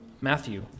Matthew